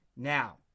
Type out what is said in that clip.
Now